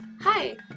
Hi